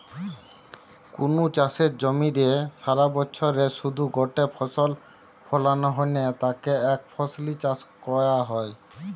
কুনু চাষের জমিরে সারাবছরে শুধু গটে ফসল ফলানা হ্যানে তাকে একফসলি চাষ কয়া হয়